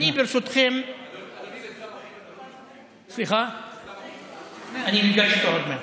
אדוני, אני נפגש איתו עוד מעט.